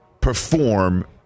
perform